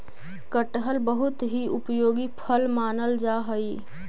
कटहल बहुत ही उपयोगी फल मानल जा हई